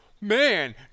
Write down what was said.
Man